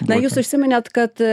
na jūs užsiminėt kad